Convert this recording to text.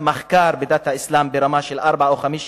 מחקר בדת האסלאם ברמה של ארבע או חמש יחידות,